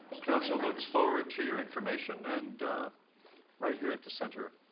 council looks forward to your information and right here at the centre.